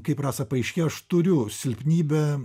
kaip rasa paaiškėjo aš turiu silpnybę